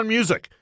Music